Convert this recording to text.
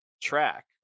track